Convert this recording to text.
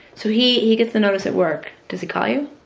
so he he gets the notice at work. does he call you?